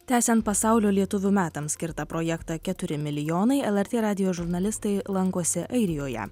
tęsiant pasaulio lietuvių metams skirtą projektą keturi milijonai lrt radijo žurnalistai lankosi airijoje